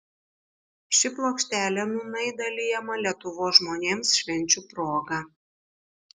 ši plokštelė nūnai dalijama lietuvos žmonėms švenčių proga